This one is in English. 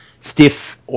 stiff